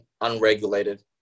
unregulated